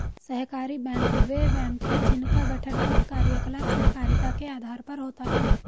सहकारी बैंक वे बैंक हैं जिनका गठन और कार्यकलाप सहकारिता के आधार पर होता है